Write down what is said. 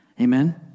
Amen